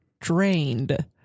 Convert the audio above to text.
drained